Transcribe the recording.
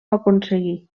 aconseguí